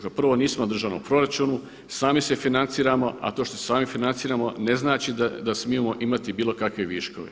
Kao prvo nismo na državnom proračunu, sami se financiramo, a to što se sami financiramo ne znači da smijemo imati bilo kakve viškove.